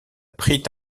prit